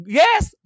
yes